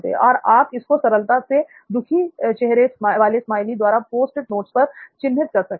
तो आप इसको सरलता से दुखी चेहरे स्माइली द्वारा पोस्ट इट नोट पर चिन्हित कर सकते हैं